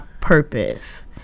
purpose